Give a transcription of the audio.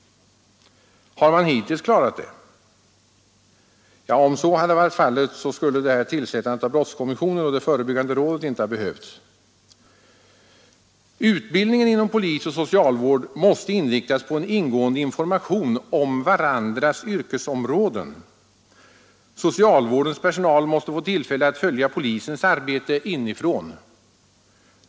Har den hittills klarat det? Om så hade varit fallet skulle tillsättandet av brottskommissionen och det förebyggande rådet inte ha behövts. Utbildningen inom polisen och socialvården måste inriktas på ingående information om varandras yrkesområden. Socialvårdens personal måste få tillfälle att följa polisens arbete inifrån.